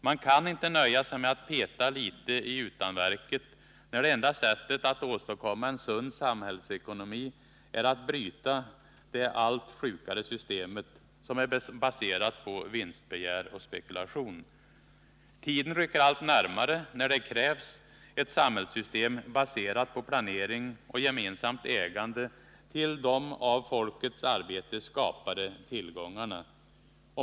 Man kan inte nöja sig med att peta litet i utanverket, när det enda sättet att åstadkomma en sund samhällsekonomi är att bryta det allt sjukare systemet, som är baserat på vinstbegär och spekulation. Tiden rycker allt närmare när det krävs ett samhällssystem baserat på planering och gemensamt ägande till de av folkets arbete skapade tillgångarna.